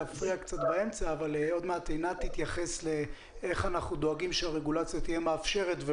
עוד מעט עינת תתייחס לאיך אנחנו דואגים שהרגולציה תהיה מאפשרת,